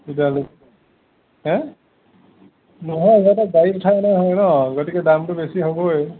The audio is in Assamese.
এতিয়া লো হে নহয় ইহঁতক গাড়ীত উঠাই অনা হয় ন' গতিকে দামতো বেছি হ'বই